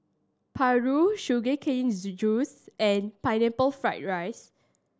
Paru Sugar Cane Juice and Pineapple Fried rice